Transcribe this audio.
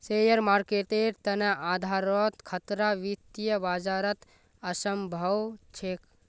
share मार्केटेर तने आधारोत खतरा वित्तीय बाजारत असम्भव छेक